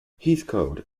heathcote